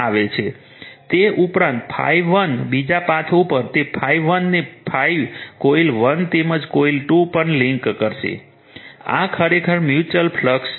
તે ઉપરાંત ∅1 બીજા પાથ ઉપર તે ∅1 ને ∅ કોઇલ 1 તેમજ કોઇલ 2 પણ લિંક કરશે આ ખરેખર મ્યુચુઅલ ફ્લક્સ છે